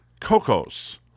Cocos